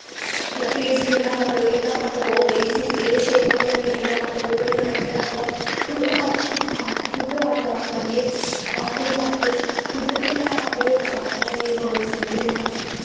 page गी इयां कर इयां कट्ट एह् चीज़ एह् शेप बनी जानी ऐ इयां कट्ट ओह् बनी जाना ऐ ओह् खुद आर्ट खुद आर्ट करियै खुद आर्ट ऐंड़ क्राफ्ट खुद गै में चार्ट बनाईयै कालेज़ लेते दे नै